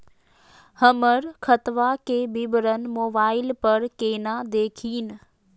हमर खतवा के विवरण मोबाईल पर केना देखिन?